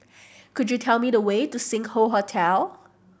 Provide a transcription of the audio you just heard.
could you tell me the way to Sing Hoe Hotel